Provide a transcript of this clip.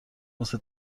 مثل